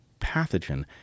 pathogen